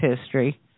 history